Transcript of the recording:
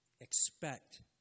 expect